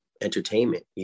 entertainment